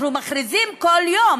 אנחנו מכריזים כל יום,